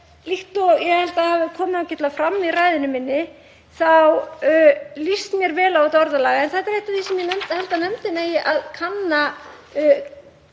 Líkt og ég held að hafi komið ágætlega fram í ræðu minni þá líst mér vel á þetta orðalag. En þetta er eitt af því sem ég held að nefndin eigi að kanna,